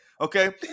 okay